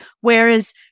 whereas